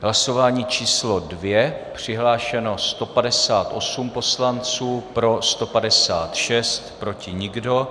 Hlasování číslo 2, přihlášeno 158 poslanců, pro 156, proti nikdo.